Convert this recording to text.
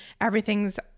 everything's